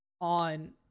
on